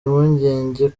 impungenge